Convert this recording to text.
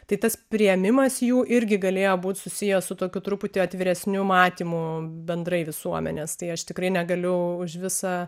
tai tas priėmimas jų irgi galėjo būti susijęs su tokiu truputį atviresniu matymu bendrai visuomenės tai aš tikrai negaliu už visą